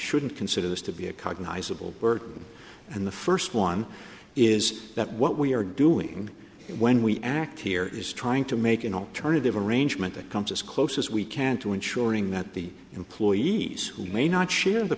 shouldn't consider this to be a cognizable work and the first one is that what we are doing when we act here is trying to make an alternative arrangement that comes as close as we can to ensuring that the employees who may not share the